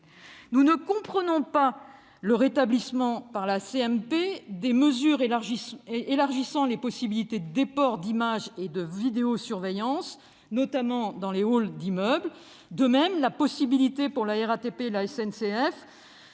Nous ne comprenons pas le rétablissement par la commission mixte paritaire des mesures élargissant les possibilités de déport d'images et de vidéosurveillance, notamment dans les halls d'immeuble. De même, la possibilité pour la RATP et la SNCF